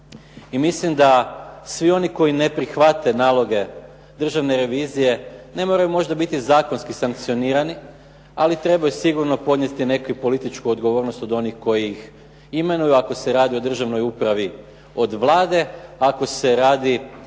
i mislim da svi oni koji ne prihvate naloge Državne revizije ne moraju možda biti zakonski sankcionirani, ali trebaju sigurno podnesti neku političku odgovornost od onih koji ih imenuju ako se radi o državnoj upravi od Vlade. Ako se radi